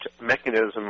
mechanism